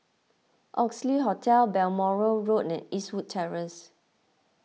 Oxley Hotel Balmoral Road and Eastwood Terrace